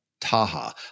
Taha